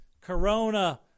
corona